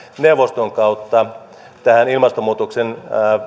neuvoston kautta tähän ilmastonmuutoksen